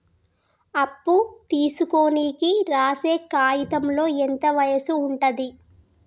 అప్పు తీసుకోనికి రాసే కాయితంలో ఎంత వయసు ఉంటది?